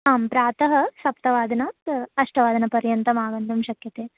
आं प्रातः सप्तवादनात् अष्टवादनपर्यन्तमागन्तुं शक्यते